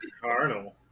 Cardinal